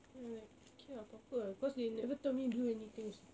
then I like okay lah apa apa ah because they never tell me do anything also